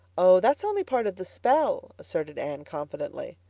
oh, that's only part of the spell, asserted anne confidently.